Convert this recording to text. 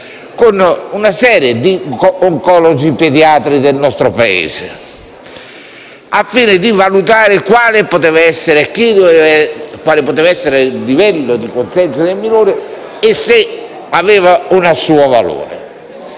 a una serie di oncologici e pediatri del nostro Paese, tesa a valutare quale potesse essere il livello di consenso del minore e se questo avesse un suo valore.